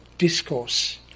discourse